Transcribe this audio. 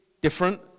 different